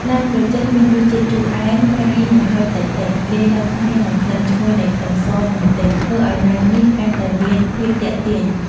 ណែមក្រចេះមានរសជាតិជូរអែម ប្រៃ និងហឹរតិចៗ លាយឡំគ្នានឹងក្លិនឈ្ងុយនៃខ្ទឹមសនិងម្ទេស ធ្វើឱ្យណែមនេះកាន់តែមានភាពទាក់ទាញ។